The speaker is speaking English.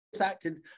acted